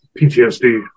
PTSD